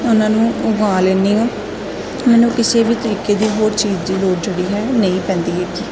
ਉਨ੍ਹਾਂ ਨੂੰ ਉਗਾ ਲੈਂਦੀ ਹਾਂ ਮੈਨੂੰ ਕਿਸੇ ਵੀ ਤਰੀਕੇ ਦੀ ਹੋਰ ਚੀਜ਼ ਦੀ ਲੋੜ ਜਿਹੜੀ ਹੈ ਨਹੀਂ ਪੈਂਦੀ ਹੈਗੀ